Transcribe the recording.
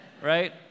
right